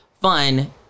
fun